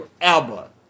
Alba